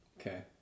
Okay